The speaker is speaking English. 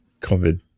COVID